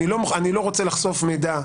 אני לא רוצה לחשוף מידע,